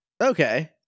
Okay